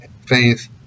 faith